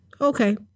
Okay